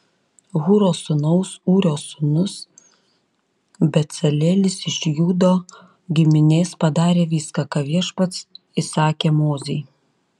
hūro sūnaus ūrio sūnus becalelis iš judo giminės padarė viską ką viešpats įsakė mozei